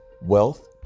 wealth